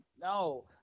No